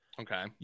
Okay